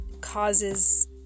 causes